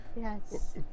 Yes